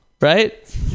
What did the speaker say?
Right